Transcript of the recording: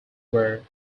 were